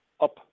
up